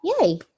yay